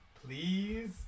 Please